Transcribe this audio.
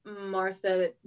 Martha